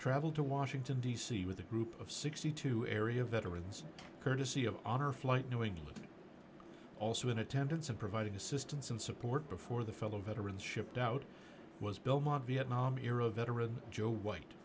traveled to washington d c with a group of sixty two area veterans courtesy of honor flight knowing also in attendance and providing assistance and support before the fellow veterans shipped out was bill maher vietnam era veteran joe white